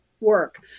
work